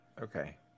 Okay